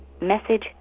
Message